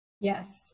Yes